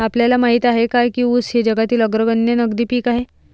आपल्याला माहित आहे काय की ऊस हे जगातील अग्रगण्य नगदी पीक आहे?